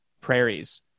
prairies